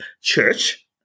church